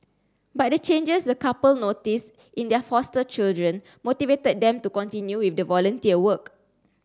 but the changes the couple noticed in their foster children motivated them to continue with the volunteer work